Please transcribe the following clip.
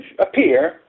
appear